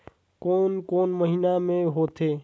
धान कोन महीना मे होथे?